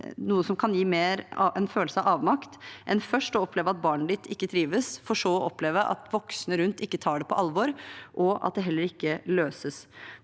noe som kan gi en større følelse av avmakt enn først å oppleve at barnet ditt ikke trives, for så å oppleve at voksne rundt ikke tar det på alvor, og at det heller ikke løses.